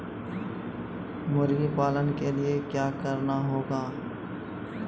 मुर्गी पालन के लिए क्या करना होगा?